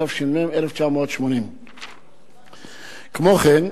התש"ם 1980. כמו כן,